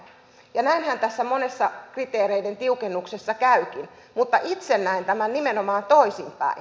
näinhän tässä monessa kriteereiden tiukennuksessa käykin mutta itse näen tämän nimenomaan toisinpäin